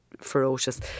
ferocious